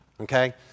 okay